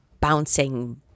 bouncing